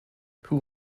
who